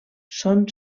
són